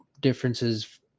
differences